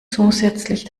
zusätzlich